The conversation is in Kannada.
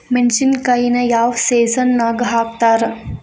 ಮೆಣಸಿನಕಾಯಿನ ಯಾವ ಸೇಸನ್ ನಾಗ್ ಹಾಕ್ತಾರ?